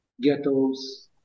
ghettos